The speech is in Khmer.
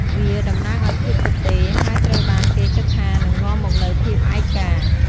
វាតំណាងឱ្យភាពទទេ ហើយត្រូវបានគេគិតថានឹងនាំមកនូវភាពឯកា។